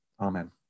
Amen